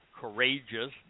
courageous